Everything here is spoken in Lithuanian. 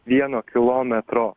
vieno kilometro